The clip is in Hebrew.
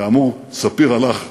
כאמור, ספיר הלך בעקבותיו.